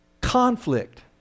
Conflict